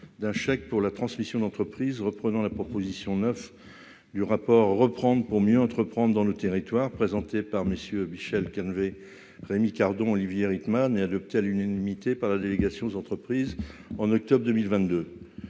d'un chèque pour la transmission d'entreprise, reprenant la proposition 9 du rapport Reprendre pour mieux entreprendre dans le territoire, présenté par messieurs Michel qui Calvez Rémi Cardon Olivier Rickman est adopté à l'unanimité par la délégation aux entreprises en octobre 2022,